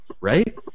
Right